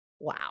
Wow